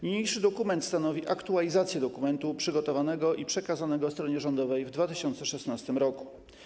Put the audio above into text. Niniejszy dokument stanowi aktualizację dokumentu przygotowanego i przekazanego stronie rządowej w 2016 r.